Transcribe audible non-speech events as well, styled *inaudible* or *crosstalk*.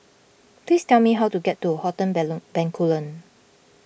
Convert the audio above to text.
please tell me how to get to Hotel *unintelligible* Bencoolen